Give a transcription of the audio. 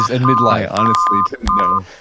and midlife? i honestly didn't know.